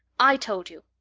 i told you.